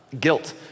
guilt